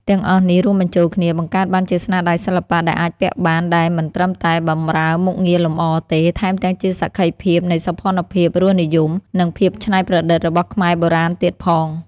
ទាំងអស់នេះរួមបញ្ចូលគ្នា បង្កើតបានជាស្នាដៃសិល្បៈដែលអាចពាក់បាន ដែលមិនត្រឹមតែបម្រើមុខងារលម្អទេ ថែមទាំងជាសក្ខីភាពនៃសោភ័ណភាព រសនិយម និងភាពច្នៃប្រឌិតរបស់ខ្មែរបុរាណទៀតផង។